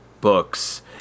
books